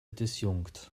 disjunkt